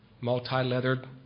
multi-leathered